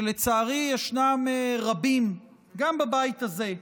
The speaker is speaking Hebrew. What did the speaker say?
שלצערי ישנם רבים, גם בבית הזה,